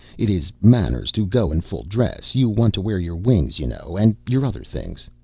it is manners to go in full dress. you want to wear your wings, you know, and your other things.